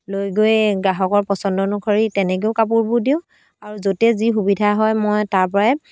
লৈ গৈ গ্ৰাহকৰ পচন্দ অনুসৰি তেনেকৈও কাপোৰবোৰ দিওঁ আৰু য'তে যি সুবিধা হয় মই তাৰ পৰাই